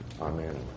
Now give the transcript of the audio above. Amen